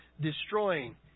destroying